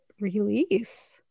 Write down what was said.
release